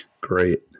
Great